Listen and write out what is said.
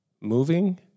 moving